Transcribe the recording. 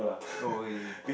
oh okay